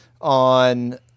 on